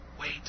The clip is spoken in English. wait